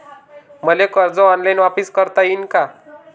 मले कर्ज ऑनलाईन वापिस करता येईन का?